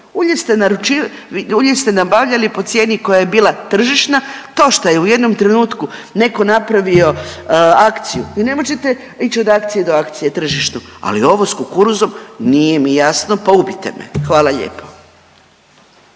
ulje ste nabavljali po cijeni koja je bila tržišna, to šta je u jednom trenutku neko napravio akciju, vi ne možete ić od akcije do akcije na tržištu, ali ovo s kukuruzom nije mi jasno pa ubijte me. Hvala lijepo.